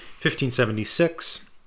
1576